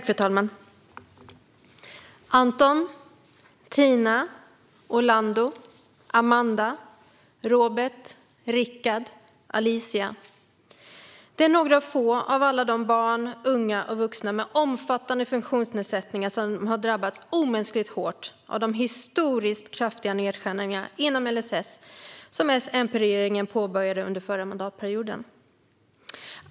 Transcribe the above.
Fru talman! Anton, Tina, Orlando, Amanda, Robert, Richard och Alicia - det är några få av alla de barn, unga och vuxna med omfattande funktionsnedsättningar som har drabbats omänskligt hårt av de historiskt kraftiga nedskärningar inom LSS som S-MP-regeringen påbörjade under den förra mandatperioden.